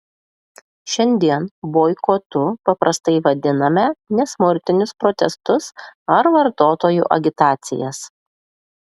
šiandien boikotu paprastai vadiname nesmurtinius protestus ar vartotojų agitacijas